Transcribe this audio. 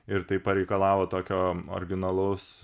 ir tai pareikalavo tokio originalaus